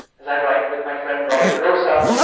as i write with my friend robin derosa,